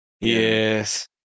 Yes